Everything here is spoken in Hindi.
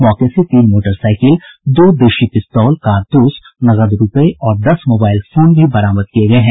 मौके से तीन मोटरसाईकिल दो देशी पिस्तौल कारतूस नकद रूपये और दस मोबाईल फोन भी बरामद किये गये हैं